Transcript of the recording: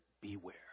beware